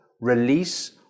release